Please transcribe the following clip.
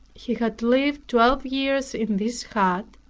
he had lived twelve years in this hut,